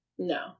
No